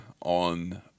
on